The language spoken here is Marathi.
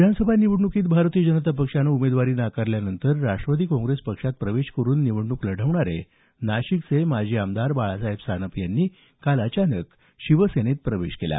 विधानसभा निवडणुकीत भारतीय जनता पक्षानं उमेदवारी नाकारल्यानंतर राष्ट्रवादी काँग्रेस पक्षात प्रवेश करून निवडणूक लढवणारे नाशिकचे माजी आमदार बाळासाहेब सानप यांनी काल अचानक शिवसेनेत प्रवेश केला